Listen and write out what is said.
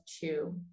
two